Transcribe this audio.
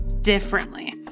differently